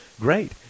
Great